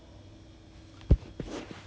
请单单 xin mei 而已 because